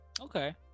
okay